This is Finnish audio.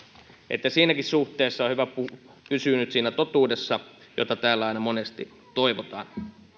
joten siinäkin suhteessa on hyvä pysyä nyt siinä totuudessa jota täällä aina monesti toivotaan